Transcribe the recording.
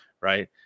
right